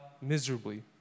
miserably